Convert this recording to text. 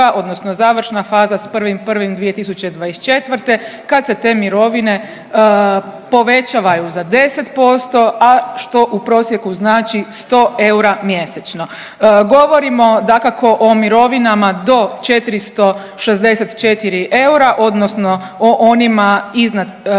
odnosno završna faza s 1.1.2024. kad se te mirovine povećavaju za 10%, a što u prosjeku znači sto eura mjesečno. Govorimo dakako o mirovinama do 464 eura, odnosno o onima iznad 3500 kuna